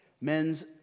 Men's